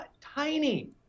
Tiny